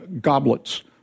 goblets